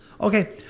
Okay